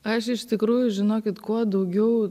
aš iš tikrųjų žinokit kuo daugiau